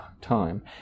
time